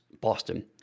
Boston